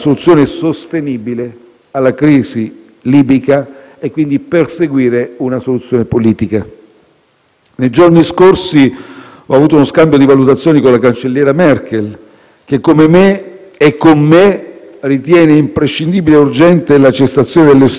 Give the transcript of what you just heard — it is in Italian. In più occasioni ho discusso anche il *dossier* libico con il presidente Macron, da ultimo a Bruxelles. Rimaniamo in stretto contatto anche a livello di *staff*, con l'obiettivo comune di perseguire la stabilità e lo sviluppo della Libia.